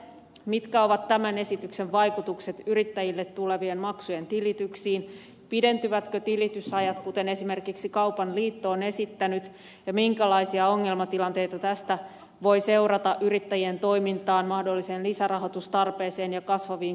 mitkä ovat tämän esityksen vaikutukset yrittäjille tulevien maksujen tilityksiin pidentyvätkö tilitysajat kuten esimerkiksi kaupan liitto on esittänyt ja minkälaisia ongelmatilanteita tästä voi seurata yrittäjien toimintaan mahdolliseen lisärahoitustarpeeseen ja kasvaviin kustannuksiin